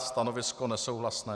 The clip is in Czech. Stanovisko nesouhlasné.